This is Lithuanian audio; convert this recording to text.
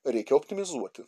reikia optimizuoti